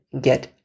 get